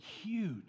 huge